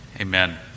amen